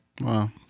Wow